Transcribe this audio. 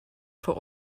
for